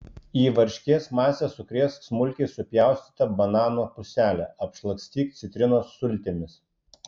į varškės masę sukrėsk smulkiai supjaustytą banano puselę apšlakstyk citrinos sultimis